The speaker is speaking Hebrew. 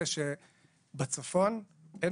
אף אחד לא נותן מענה על זה שבצפון אין